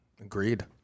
Agreed